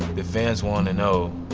the fans wanna know.